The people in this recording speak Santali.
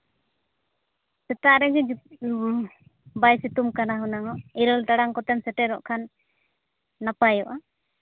ᱥᱮᱛᱟᱜ ᱨᱮᱜᱮ ᱵᱟᱭ ᱥᱮᱛᱳᱝ ᱠᱟᱱᱟ ᱦᱩᱱᱟᱹᱝᱼᱚᱜ ᱤᱨᱟᱹᱞ ᱴᱟᱲᱟᱝ ᱠᱚᱛᱮᱢ ᱥᱮᱴᱮᱨᱚᱜ ᱠᱷᱟᱱ ᱱᱟᱯᱟᱭᱚᱜᱼᱟ